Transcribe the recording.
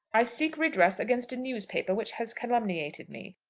i seek redress against a newspaper which has calumniated me.